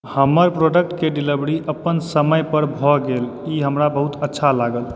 हमर प्रोडक्टके डिलीवरी अपन समय पर भऽ गेल ई हमरा बहुत अच्छा लागल